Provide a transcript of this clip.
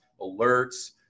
alerts